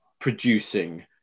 producing